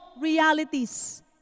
realities